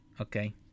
Okay